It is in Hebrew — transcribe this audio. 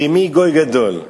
כי מי גוי גדול.